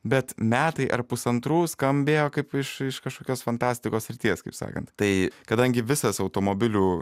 bet metai ar pusantrų skambėjo kaip iš iš kažkokios fantastikos srities kaip sakant tai kadangi visas automobilių